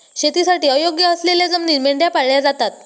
शेतीसाठी अयोग्य असलेल्या जमिनीत मेंढ्या पाळल्या जातात